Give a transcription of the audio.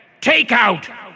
Takeout